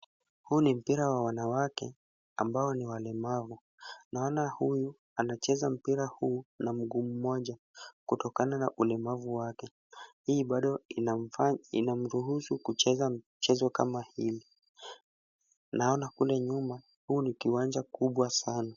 Huu ni mpira wa wanawake, ambao ni walemavu. Naona huyu anacheza mpira huu na mguu mmoja, kutokana na ulemavu wake. Hii bado inamruhusu kucheza mchezo kama hii. Naona kule nyuma, huu ni kiwanja kubwa sana.